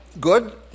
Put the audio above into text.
Good